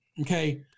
Okay